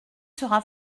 sera